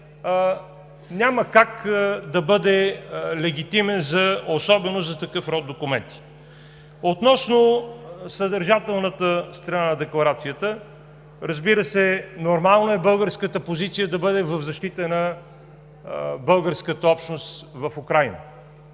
няма как да бъде легитимен, особено за такъв род документи. Относно съдържателната страна на Декларацията. Разбира се, нормално е българската позиция да бъде в защита на българската общност в Украйна.